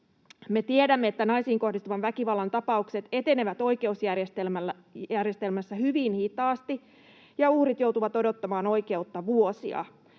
Me tiedämme, että naisiin kohdistuvan väkivallan tapaukset etenevät oikeusjärjestelmässä hyvin hitaasti ja uhrit joutuvat odottamaan oikeutta vuosia.